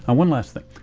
and one last thing.